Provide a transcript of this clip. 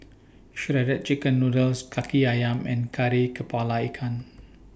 Shredded Chicken Noodles Kaki Ayam and Kari Kepala Ikan